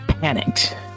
panicked